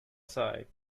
sahip